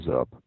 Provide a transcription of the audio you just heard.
up